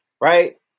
right